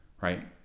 right